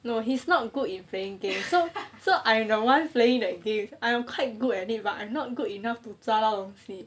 no he's not good in playing games so so I'm the one playing the game I am quite good at it but I'm not good enough to 抓到东西